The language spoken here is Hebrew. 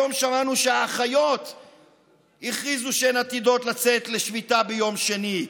היום שמענו שהאחיות הכריזו שהן עתידות לצאת לשביתה ביום שני.